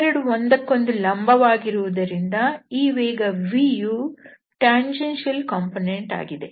ಇವೆರಡು ಒಂದಕ್ಕೊಂದು ಲಂಬವಾಗಿರುವದರಿಂದ ಈ ವೇಗ vಯು ಸ್ಪರ್ಶಕ ಕಾಂಪೊನೆಂಟ್ ಆಗಿದೆ